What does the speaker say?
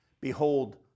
Behold